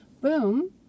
boom